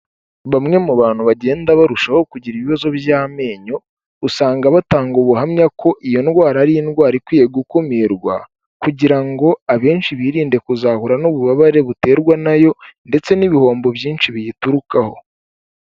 Bamwe mu bantu bagenda barushaho kugira ibibazo by'amenyo, usanga batanga ubuhamya ko iyo ndwara ari indwara ikwiye gukumirwa, kugira ngo abenshi birinde kuzahura n'ububabare buterwa na yo, ndetse n'ibihombo byinshi biyiturukaho.